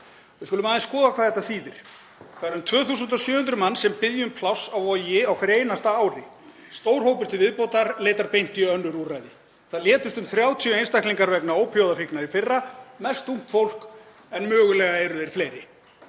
Við skulum aðeins skoða hvað þetta þýðir. Um 2.700 manns biðja um pláss á Vogi á hverju einasta ári. Stór hópur til viðbótar leitar beint í önnur úrræði. Það létust um 30 einstaklingar vegna ópíóíðafíknar í fyrra, mest ungt fólk, en mögulega eru þeir fleiri.